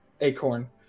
Acorn